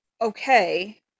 okay